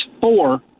four